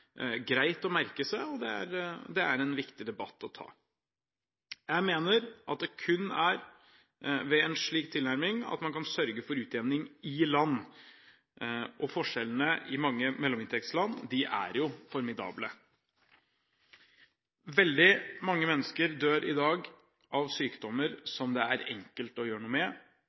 en viktig debatt å ta. Jeg mener at det er kun ved en slik tilnærming at man kan sørge for utjevning i land. Og forskjellene i mange mellominntektsland er formidable. Veldig mange mennesker dør i dag av sykdommer som det er enkelt å gjøre noe med.